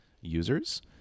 users